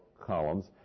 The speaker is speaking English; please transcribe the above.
columns